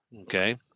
Okay